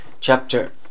Chapter